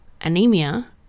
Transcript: anemia